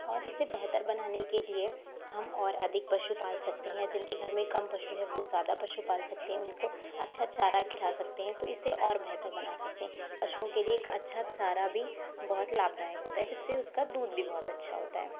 और इसे बेहतर बनाने के लिए हम और अधिक पशु पाल सकते हैं जिनके घर में कम पशु हैं वो ज़्यादा पशु पाल सकते हैं उनको अच्छा चारा खिला सकते हैं तो इसे और बेहतर बना सकते हैं पशुओं के लिए एक अच्छा चारा भी बहुत लाभदायक होता है जिससे उसका दूध भी बहुत अच्छा होता है